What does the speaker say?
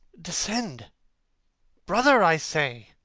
descend brother, i say!